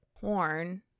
porn